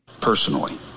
Personally